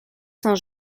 saint